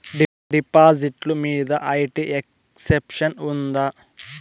డిపాజిట్లు మీద IT exemption ఉందా?